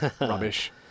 rubbish